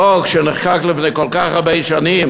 חוק שנחקק לפני כל כך הרבה שנים,